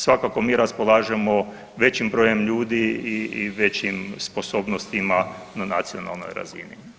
Svakako mi raspolažemo većim brojem ljudi i većim sposobnostima na nacionalnoj razini.